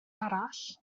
arall